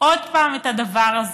עוד פעם את הדבר הזה?